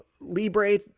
libre